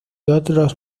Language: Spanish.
otros